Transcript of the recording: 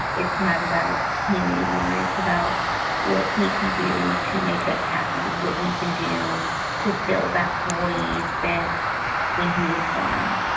it's not about him anymore, it's about what he can do to make us happy, what he can do to fill that void that when he was gone